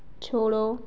छोड़ो